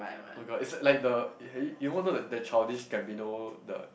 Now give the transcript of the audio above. oh-my-god it's like the have you you won't know the the Childish-Gambino the